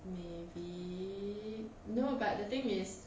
maybe no but the thing is